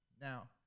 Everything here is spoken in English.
Now